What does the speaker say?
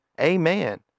Amen